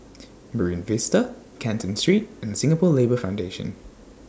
Marine Vista Canton Street and Singapore Labour Foundation